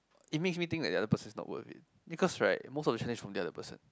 it makes me think that the other person is not worth it because right most of the challenge is from the other person